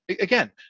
again